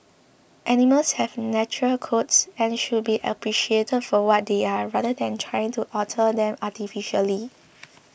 animals have natural coats and should be appreciated for what they are rather than trying to alter them artificially